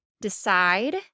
decide